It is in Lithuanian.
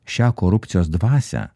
šią korupcijos dvasią